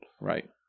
Right